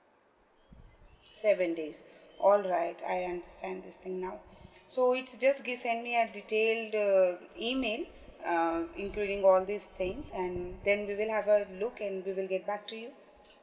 seven days all right I understand this thing now so it's just get send me a detailed um email um including all these things and then we will have a look and we will get back to you